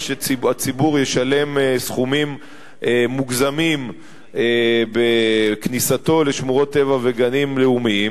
שהציבור ישלם סכומים מוגזמים בכניסתו לשמורות טבע וגנים לאומיים,